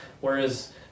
Whereas